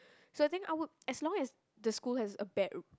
so I think I would as long as the school has a bad